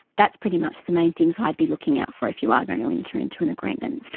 that's pretty much the main things i'd be looking out for if you are going to enter into an agreement.